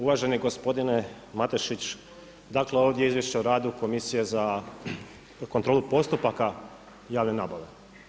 Uvaženi gospodine Matešić, dakle ovdje je izvješće o radu Komisije za kontrolu postupaka javne nabave.